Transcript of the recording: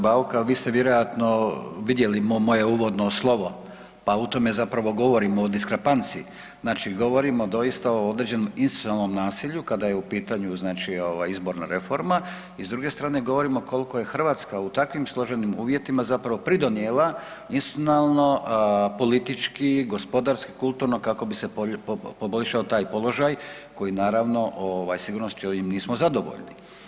Hvala lijepa g. Bauk, a vi ste vjerojatno vidjeli moje uvodno slovo, pa u tome zapravo govorimo o diskrepanciji, znači govorimo doista o određenom institucionalnom nasilju kada je u pitanju znači ovaj izborna reforma i s druge strane govorimo kolko je Hrvatska u takvim složenim uvjetima zapravo pridonijela institucionalno, politički, gospodarski, kulturno, kako bi se poboljšao taj položaj koji naravno ovaj sigurno s ovim nismo zadovoljni.